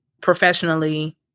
professionally